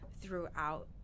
throughout